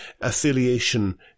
affiliation